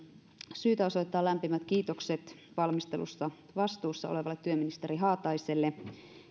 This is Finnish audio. syytä osoittaa lämpimät kiitokset valmistelusta vastuussa olevalle työministeri haataiselle